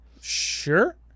Sure